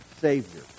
Savior